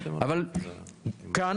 אבל כאן,